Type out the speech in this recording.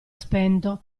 spento